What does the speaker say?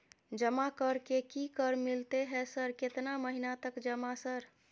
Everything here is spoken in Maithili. जमा कर के की कर मिलते है सर केतना महीना तक जमा सर?